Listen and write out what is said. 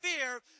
fear